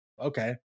okay